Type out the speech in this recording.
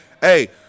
Hey